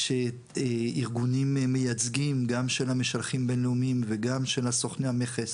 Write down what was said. יש ארגונים מייצגים גם של המשלחים הבין-לאומיים וגם של סוכני המכס,